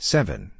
Seven